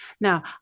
Now